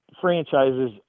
franchises